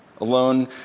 Alone